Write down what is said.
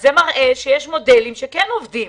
זה מראה שיש מודלים שכן עובדים.